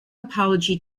apology